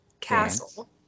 Castle